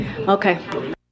Okay